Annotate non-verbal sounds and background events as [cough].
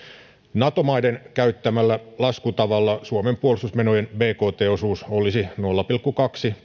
nato maiden käyttämällä laskutavalla suomen puolustusmenojen bkt osuus olisi nolla pilkku kaksi [unintelligible]